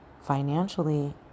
Financially